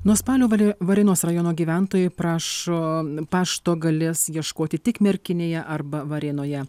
nuo spalio valė varėnos rajono gyventojai prašo pašto galės ieškoti tik merkinėje arba varėnoje